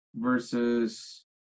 versus